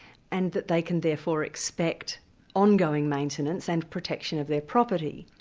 and that they can therefore expect ongoing maintenance and protection of their property.